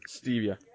Stevia